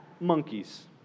monkeys